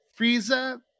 frieza